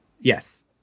Yes